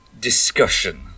Discussion